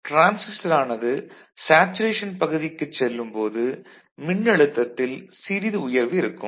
டிரான்சிஸ்டரானது saturation பகுதிக்குச் செல்லும் போது மின்னழுத்தத்தில் சிறிது உயர்வு இருக்கும்